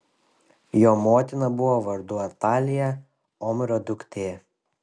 jo motina buvo vardu atalija omrio duktė